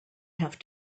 have